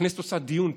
הכנסת עושה דיון,